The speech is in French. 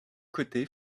côtés